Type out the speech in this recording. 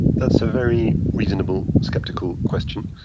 that's a very reasonable sceptical question.